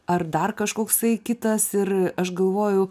ar dar kažkoksai kitas ir aš galvojau